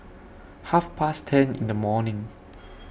Half Past ten in The morning